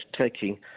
taking